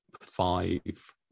five